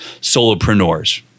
solopreneurs